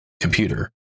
computer